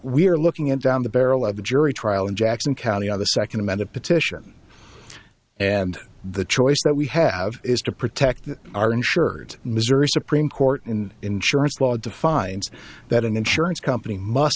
we're looking at down the barrel of a jury trial in jackson county other second amended petition and the choice that we have is to protect our insured missouri supreme court and insurance law defines that an insurance company must